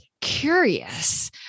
curious